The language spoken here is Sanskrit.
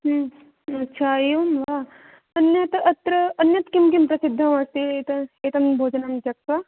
अच्छा एवं वा अन्यत् अत्र अन्यत् किं किं प्रसिद्धमस्ति ए एतत् भोजनं त्यक्त्वा